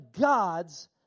God's